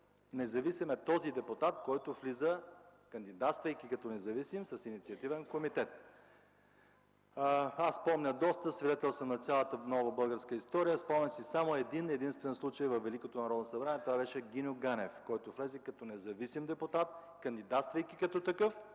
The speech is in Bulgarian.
независим е този кандидат, който влиза, кандидатствайки като независим с инициативен комитет. Аз помня доста, свидетел съм на цялата нова българска история и си спомням само един-единствен случай във Великото Народно събрание. Това беше Гиньо Ганев, който влезе като независим депутат, кандидатствайки като такъв